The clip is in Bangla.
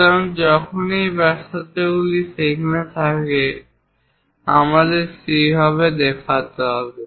সুতরাং যখনই এই ব্যাসার্ধগুলি সেখানে থাকে আমাদেরকে সেইভাবে দেখাতে হবে